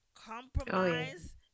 Compromise